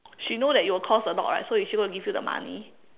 she know that it will cost a lot right so is she going to give you the money